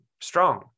strong